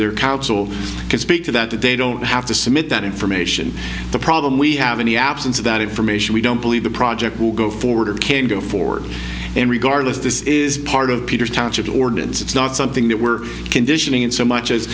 their counsel can speak to that that they don't have to submit that information the problem we have any absence of that information we don't believe the project will go forward or can go forward and regardless this is part of peter's township the ordinance it's not something that we're conditioning in so much as